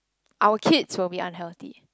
our kids will be unhealthy